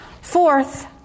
Fourth